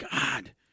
God